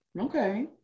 Okay